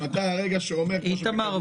ומתי הרגע שהוא אומר --- איתמר,